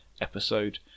episode